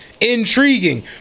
intriguing